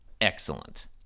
Excellent